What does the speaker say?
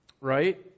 right